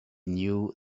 knew